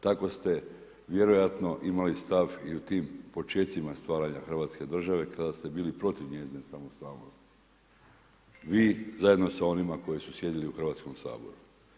Tako ste vjerojatno imali stav i u tim počecima stvaranja Hrvatske države kada ste bili protiv njezine samostalnosti vi zajedno sa onima koji su sjedili u Hrvatskom saboru.